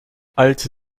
alte